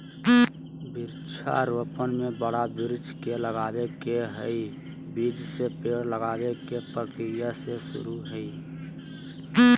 वृक्षा रोपण में बड़ा वृक्ष के लगावे के हई, बीज से पेड़ लगावे के प्रक्रिया से हई